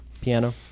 Piano